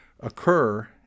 occur